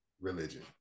religion